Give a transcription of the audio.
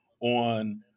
on